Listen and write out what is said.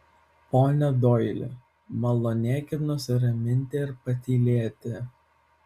pone doili malonėkit nusiraminti ir patylėti